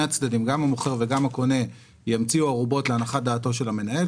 הצדדים גם המוכר וגם הקונה ימציאו ערובות להנחת דעתו של המנהל,